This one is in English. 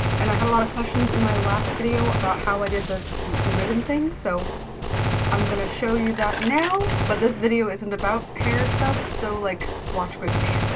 and i have a lot of questions in my last video about how i did the the ribbon thing. so i'm going to show you that now, but this video isn't about hair stuff. so like watch quickly.